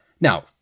Now